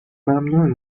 ممنون